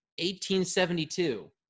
1872